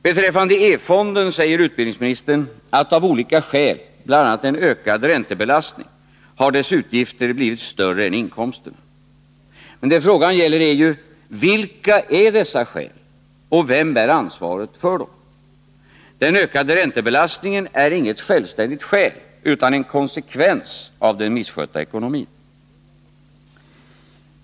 Beträffande E-fonden säger utbildningsministern att av olika skäl, bl.a. en ökad räntebelastning, dess utgifter har blivit större än dess inkomster. Men frågan gäller ju: Vilka är dessa skäl och vem bär ansvaret för dem? Den ökade räntebelastningen är inget självständigt skäl utan en konsekvens av den misskötta ekonomin.